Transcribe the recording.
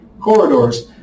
corridors